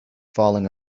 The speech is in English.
falling